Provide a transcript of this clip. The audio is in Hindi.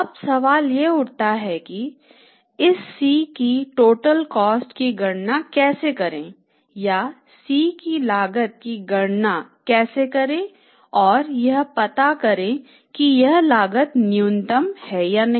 अब सवाल यह उठता है कि इस C की टोटल कॉस्ट की गणना कैसे करें या C की लागत की गणना कैसे करें और यह पता करें कि यह लागत न्यूनतम है या नहीं